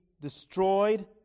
destroyed